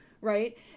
right